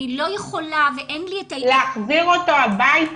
אני לא יכולה ואין לי את ה --- להחזיר אותו הביתה,